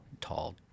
tall